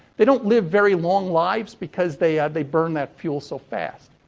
they don't live very long lives because they they burn that fuel so fast.